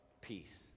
peace